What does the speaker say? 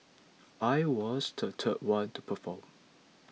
I was the third one to perform